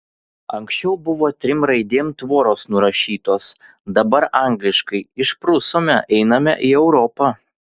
anksčiau buvo trim raidėm tvoros nurašytos dabar angliškai išprusome einame į europą